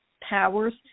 powers